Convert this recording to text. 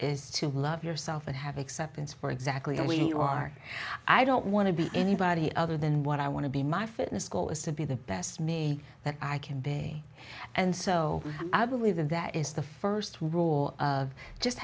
is to love yourself and have acceptance for exactly the way you are i don't want to be anybody other than what i want to be my fitness goal is to be the best me that i can be and so i believe that that is the first rule of just